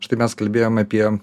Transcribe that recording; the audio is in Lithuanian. štai mes kalbėjom apie